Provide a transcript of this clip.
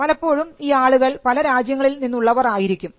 പലപ്പോഴും ഈ ആളുകൾ പല രാജ്യങ്ങളിൽ നിന്നുള്ളവർ ആയിരിക്കും